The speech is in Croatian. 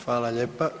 Hvala lijepa.